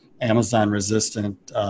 Amazon-resistant